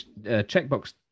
checkbox